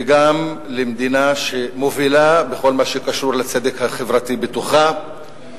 וגם למדינה שמובילה בכל מה שקשור לצדק החברתי בתוכה.